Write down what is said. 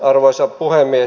arvoisa puhemies